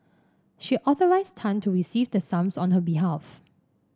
she authorised Tan to receive the sums on her behalf